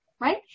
right